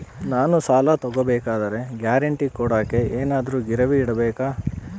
ನಾನು ಸಾಲ ತಗೋಬೇಕಾದರೆ ಗ್ಯಾರಂಟಿ ಕೊಡೋಕೆ ಏನಾದ್ರೂ ಗಿರಿವಿ ಇಡಬೇಕಾ?